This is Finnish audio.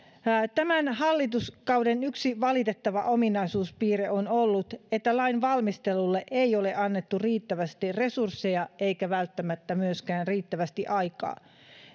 tämän hallituskauden yksi valitettava ominaispiirre on ollut että lainvalmistelulle ei ole annettu riittävästi resursseja eikä välttämättä myöskään riittävästi aikaa